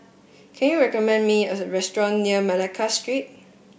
can you recommend me a restaurant near Malacca Street